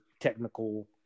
technical